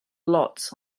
lots